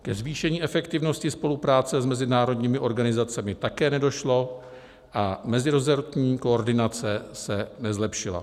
Ke zvýšení efektivnosti spolupráce s mezinárodními organizacemi také nedošlo a meziresortní koordinace se nezlepšila.